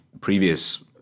previous